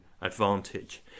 advantage